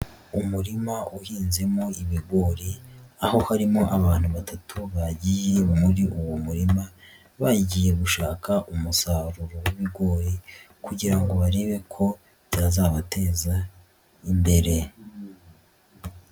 Umurima uhinzemo ibigori aho harimo abantu batatu bagiye muri uwo murima, bagiye gushaka umusaruro w'ibigori kugira ngo barebe ko byazabateza imbere.